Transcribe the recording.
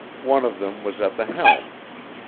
one of them was at the helm.